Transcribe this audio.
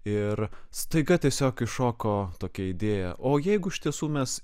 ir staiga tiesiog iššoko tokia idėja o jeigu iš tiesų mes